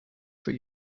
für